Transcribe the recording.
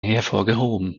hervorgehoben